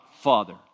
father